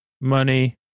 money